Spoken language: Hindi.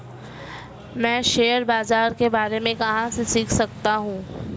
मैं शेयर बाज़ार के बारे में कहाँ से सीख सकता हूँ?